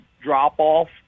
drop-off